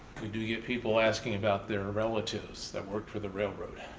we do get people asking about their relatives that worked for the railroad.